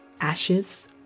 ashes